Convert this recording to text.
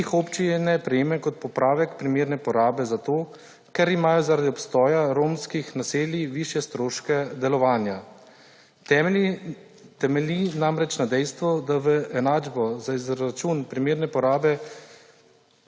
ki jih občine prejmejo kot popravek primerne porabe zato, ker imajo zaradi obstoja romskih naselij višje stroške delovanja. Temelji namreč na dejstvu, da v enačbo za izračun primerne porabe